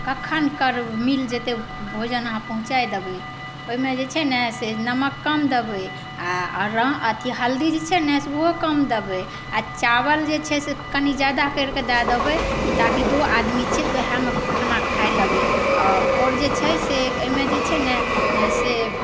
कखन मिल जेतै भोजन अहाँ पहुँचा देबै ओहिमे जे छै ने से नमक कम देबै आओर हल्दी जे चाही ने ओहो कम देबै चावल जे छै से कनि ज्यादा करिके दऽ देबै ताकि दू आदमी छिए तऽ वएहमे खाना खा लेबै आओर जे छै से एहिमे जे छै ने से